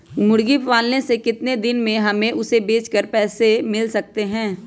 मुर्गी पालने से कितने दिन में हमें उसे बेचकर पैसे मिल सकते हैं?